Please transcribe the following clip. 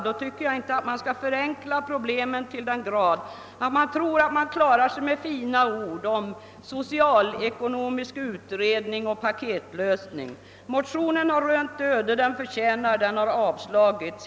Då tycker jag inte att problemen skall förenklas till den grad att man skall kunna klara sig med fina ord om förutsättningslös utredning av möjligheterna till en socialekonomisk lösning av hemarbetarnas situation. Motionen har rönt det öde den förtjänar; den har avstyrkts.